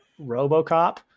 Robocop